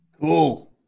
Cool